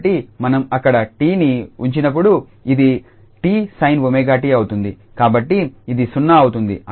కాబట్టి మనం అక్కడ 𝑡ని ఉంచినప్పుడు ఇది 𝑡sin𝜔𝑡 అవుతుంది కాబట్టి ఇది 0 అవుతుంది